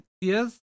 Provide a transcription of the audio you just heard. yes